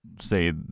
say